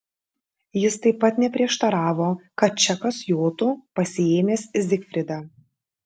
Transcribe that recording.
jis taip pat neprieštaravo kad čekas jotų pasiėmęs zigfridą